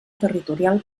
territorial